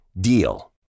DEAL